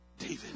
David